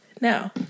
now